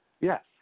Yes